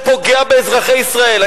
שפוגע באזרחי ישראל.